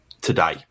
today